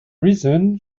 reason